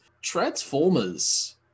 Transformers